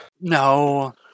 no